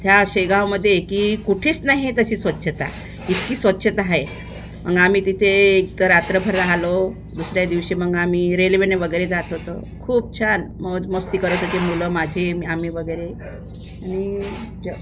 त्या शेगावमध्ये की कुठेच नाही आहे तशी स्वच्छता इतकी स्वच्छता आहे मग आम्ही तिथे एक रात्रभर राहिलो दुसऱ्या दिवशी मग आम्ही रेल्वेने वगैरे जात होतो खूप छान मौजमस्ती करत होती मुलं माझी आम्ही वगैरे आणि ज